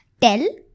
Tell